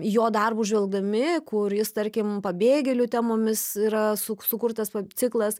jo darbus žvelgdami kur jis tarkim pabėgėlių temomis yra su sukurtas ciklas